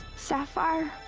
sapphire,